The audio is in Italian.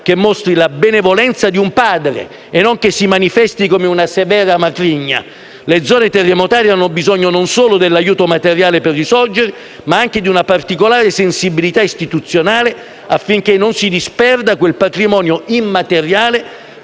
che mostri la benevolenza di un padre e non che si manifesti come una severa matrigna. Le zone terremotate hanno bisogno non solo dell'aiuto materiale per risorgere, ma anche di una particolare sensibilità istituzionale affinché non si disperda quel patrimonio immateriale